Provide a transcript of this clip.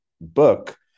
book